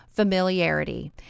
Familiarity